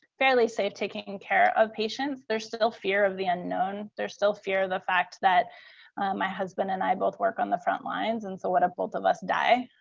fairly safe taking and care of patients. there's still fear of the unknown. there's still fear of the fact that my husband and i both work on the front lines. and so what if both of us die,